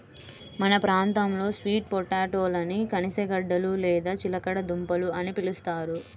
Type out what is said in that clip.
మన ప్రాంతంలో స్వీట్ పొటాటోలని గనిసగడ్డలు లేదా చిలకడ దుంపలు అని పిలుస్తారు